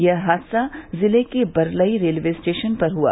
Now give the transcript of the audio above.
यह हादसा कल जिले के बलरई रेलवे स्टेशन पर हुआ